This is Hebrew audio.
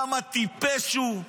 כמה טיפש הוא,